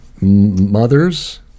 Mothers